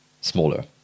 smaller